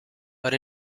but